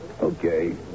Okay